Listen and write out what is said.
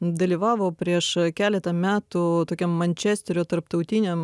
dalyvavo prieš keletą metų tokiam mančesterio tarptautiniam